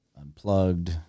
unplugged